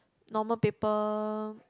normal paper